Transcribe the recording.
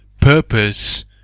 purpose